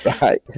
Right